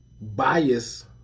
bias